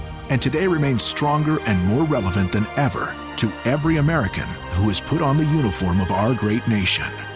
and today remains stronger and more relevant than ever to every american who has put on the uniform of our great nation.